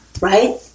Right